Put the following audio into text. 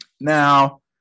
Now